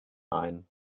ein